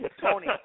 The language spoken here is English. Tony